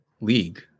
league